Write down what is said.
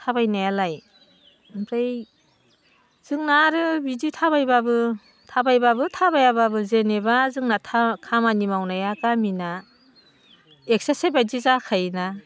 थाबायनायालाय ओमफ्राय जोंना आरो बिदि थाबायब्लाबो थाबायब्लाबो थाबायाब्लाबो जेनोबा जोंना खामानि मावनाया गामिना एक्सारसाइस बायदि जाखायोना